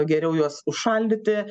geriau juos užšaldyti